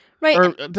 right